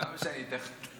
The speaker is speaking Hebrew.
למה שאני אתן לך?